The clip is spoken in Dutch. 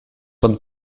wat